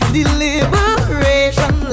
Deliberation